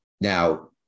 Now